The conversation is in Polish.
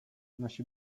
nasi